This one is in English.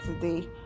today